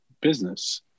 business